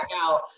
out